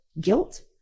guilt